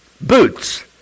boots